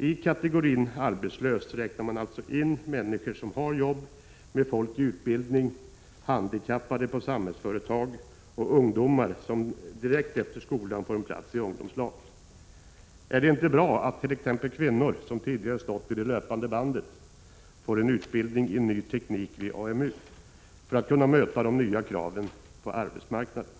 I kategorin ”arbetslös” räknar man alltså in personer som befinner sig under utbildning, handikappade på Samhällsföretag och ungdomar som direkt efter skolan får en plats i ungdomslag. Är det inte bra attt.ex. kvinnor, som tidigare stått vid det löpande bandet, för att kunna möta de nya kraven på arbetsmarknaden